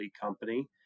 company